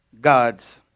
God's